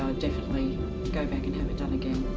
definitely go back and have it done again.